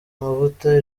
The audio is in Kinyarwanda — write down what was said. amavuta